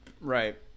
Right